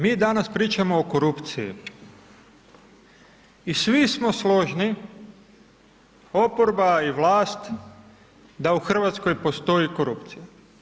Mi danas pričamo o korupciji i svi smo složni, oporba i vlast da u Hrvatskoj postoji korupcija.